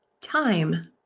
time